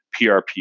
PRP